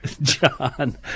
John